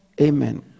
Amen